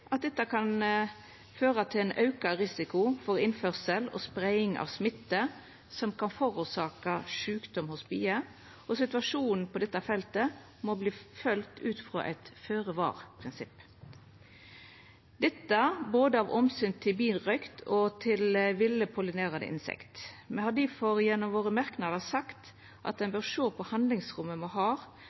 at dette kan føra til auka risiko for innførsel og spreiing av smitte som kan forårsaka sjukdom hos bier, og situasjonen på dette feltet må følgjast ut frå eit føre-var-prinsipp – dette av omsyn både til birøkt og til ville pollinerande insekt. Me har difor gjennom merknadene våre sagt at ein bør sjå på handlingsrommet me har